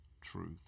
truth